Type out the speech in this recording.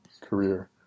career